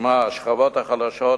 ששמה השכבות החלשות,